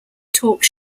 talk